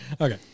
Okay